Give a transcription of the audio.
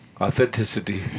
Authenticity